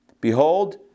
Behold